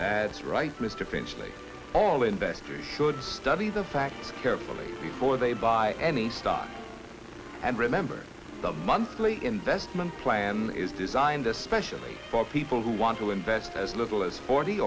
that is right list eventually all investors should study the facts carefully before they buy any stock and remember the monthly investment plan is designed especially for people who want to invest as little as forty